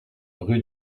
rue